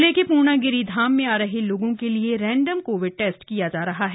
जिले के पूर्णागिरि धाम में आ रहे लोगों के लिए रैंडम कोविड टेस्ट किया जा रहा है